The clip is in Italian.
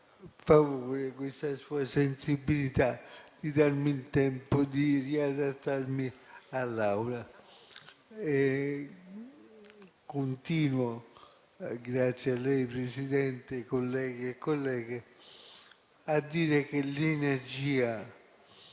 favore la sua sensibilità di darmi il tempo di riadattarmi all'Aula. Continuo - grazie a lei, Presidente, colleghi e colleghe - a dire che l'energia